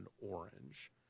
Orange